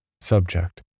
Subject